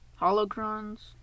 Holocrons